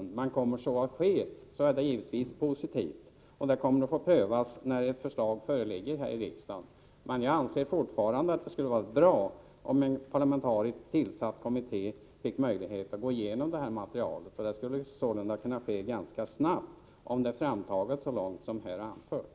Men kommer så att ske, är det givetvis positivt. Detta kommer att få prövas när ett förslag föreligger här i riksdagen. Jag anser dock fortfarande att det skulle vara bra, om en parlamentariskt tillsatt kommitté fick möjlighet att gå igenom det här materialet. Det skulle ju kunna ske ganska snabbt, om det är framtaget så långt som här har anförts.